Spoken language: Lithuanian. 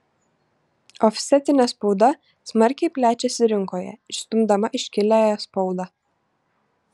ofsetinė spauda smarkiai plečiasi rinkoje išstumdama iškiliąją spaudą